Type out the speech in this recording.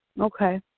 okay